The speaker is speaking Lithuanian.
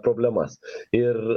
problemas ir